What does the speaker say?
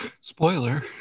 Spoiler